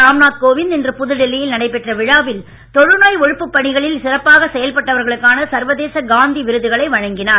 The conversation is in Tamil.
ராம் நாத் கோவிந்த் இன்று புதுடில்லி யில் நடைபெற்ற விழாவில் தொழுநோய் ஒழிப்புப் பணிகளில் சிறப்பாக செயல்பட்டவர்களுக்கான சர்வதேச காந்தி விருதுகளை வழங்கினார்